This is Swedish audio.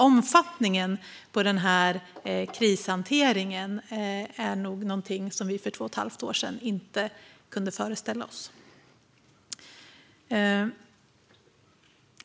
Omfattningen av krishanteringen är nog någonting som vi för två och ett halvt år sedan inte kunde föreställa oss.